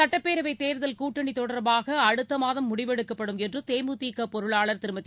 சட்டப்பேரவை தேர்தல் கூட்டணி தொடர்பாக அடுத்த மாதம் முடிவெடுக்கப்படும் என்று தேமுதிக பொருளாளர் திருமதி